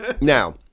Now